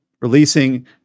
releasing